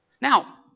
Now